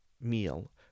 meal